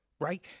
Right